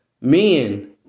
men